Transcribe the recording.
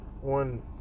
one